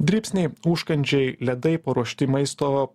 dribsniai užkandžiai ledai paruošti maisto